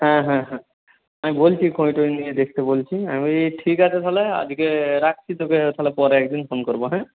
হ্যাঁ হ্যাঁ হ্যাঁ আমি বলছি খোঁজ টোজ নিয়ে দেখতে বলছি আমি বলি ঠিক আছে তাহলে বুঝলি আজকে রাখছি তোকে তাহলে পরে একদিন ফোন করব হ্যাঁ